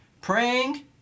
Praying